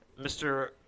Mr